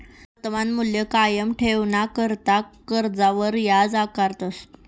वर्तमान मूल्य कायम ठेवाणाकरता कर्जवर याज आकारतस